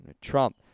Trump